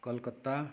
Calcutta